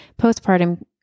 postpartum